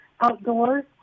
outdoors